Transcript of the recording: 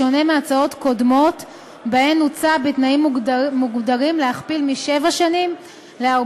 בשונה מהצעות קודמות שבהן הוצע בתנאים מוגדרים להכפיל משבע שנים